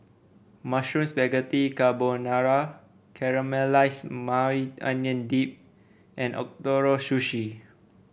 Mushroom Spaghetti Carbonara Caramelized Maui Onion Dip and Ootoro Sushi